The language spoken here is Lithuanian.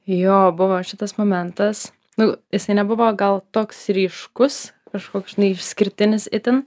jo buvo šitas momentas nu jisai nebuvo gal toks ryškus kažkoks išskirtinis itin